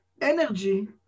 energy